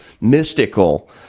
mystical